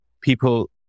People